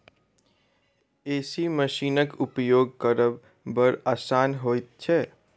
एहि मशीनक उपयोग करब बड़ आसान होइत छै